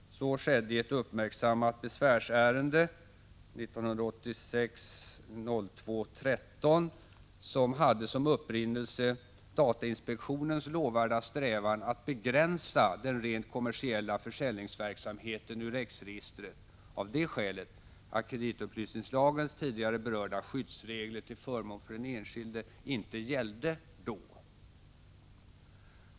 Så skedde i ett uppmärksammat besvärsärende som hade som upprinnelse DI:s lovvärda strävan att begränsa den rent kommersiella försäljningsverksamheten ur REX registret av det skälet att kreditupplysningslagens tidigare berörda skyddsregler till förmån för den enskilde inte gällde då.